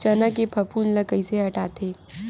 चना के फफूंद ल कइसे हटाथे?